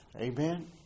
Amen